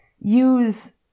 use